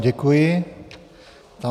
Děkuji vám.